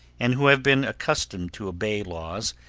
and who have been accustomed to obey laws,